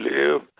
live